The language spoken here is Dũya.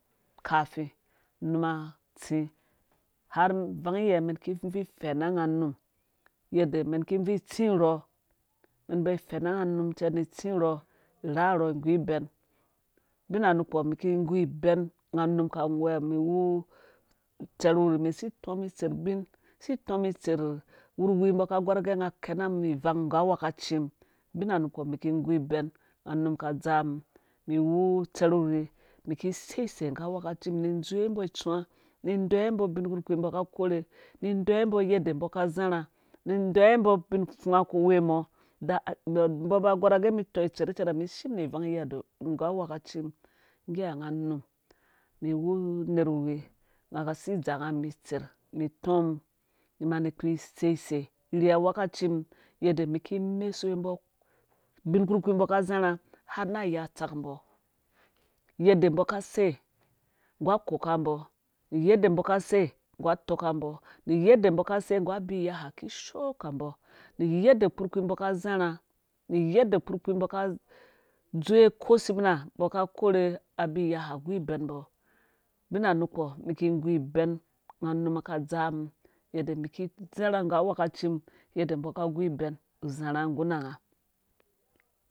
Kafe numa atsi har ivang yiyɛ mɛn ki vii fɛnna nga num yadda mɛn ki vii tsi urhɔ rharhɔ igu ibɛn bina nukpɔ mi ki gu ibɛn nga num ka whɛwa mum ni wu tserh wi mum si tɔɔ mi itserh ubin si tɔɔ itserh wurohi nga ka gɔr gɛ nga kɛna mum nang nggu awekaci mum bina nukpɔ mum ki gu ibɛn nga ka gɔr gɛ nga kɛna mum vang nggu awekaci mum bina nukɔ mum ki gu ibɛn nga num ka dzaa mum ni wu utserhwi mi ki sei sei ngu awekacimum nudzowe mbɔ ituwa nu deyiwe mbɔ ubin kpurkpii mbo ka korhe ni deywe mbɔ yadda mbɔ ka zharha nu deyiwe mbɔ ubin fung ku we mɔ mbɔ ba gorh age mi tɔɔ itserh cɛrɛ mishim ni ivang yiha nggu awekacimum ngga ha nga num mi wu herh mi wu nerhwuvi nga ka si dzaa nga mum itsɛrh mi tɔɔ mum ni mani kpi seisei rhi awekacimum yadda mum ki mesuwe mbɔ ubin kpukpii mbɔ ka zharha har na ayaa tsak mbɔ yadda mbɔ ka sei nggu akokambɔ nu yadda mbɔ ka sei nggu abi yaha kishoo ka mbɔ nu yadda kpukpii mbɔ ka zharha nu yadda kpukpii mbɔ ka dzowe ko sebina mbɔ ka korhe abi iyaha a gu ibɛn mbɔ bina nukpo mum ki gu iben ngo num ka dzaa mum yadda mi ki zharha nggu awekacimum yadda mbɔ ka gũ ibɛn zharha nggurha